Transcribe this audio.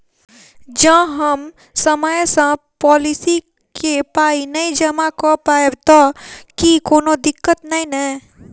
जँ हम समय सअ पोलिसी केँ पाई नै जमा कऽ पायब तऽ की कोनो दिक्कत नै नै?